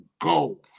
go